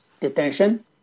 detention